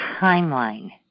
timeline